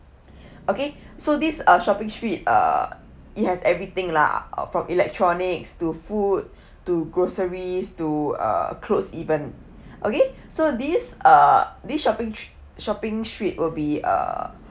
okay so these uh shopping street uh it has everything lah from electronics to food to groceries to uh clothes even okay so this uh this shopping shopping street will be uh